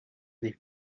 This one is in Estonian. ning